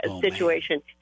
situation